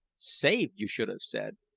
saved, you should have said.